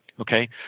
Okay